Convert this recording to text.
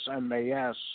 MAS